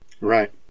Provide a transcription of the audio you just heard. Right